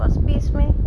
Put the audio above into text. got space meh